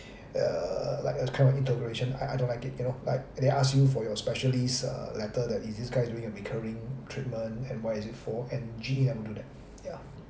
err like a kind of interrogation I I don't like it you know like they ask you for your specialist uh letter that is this guy doing a recurring treatment and what is it for and G_E never do that yeah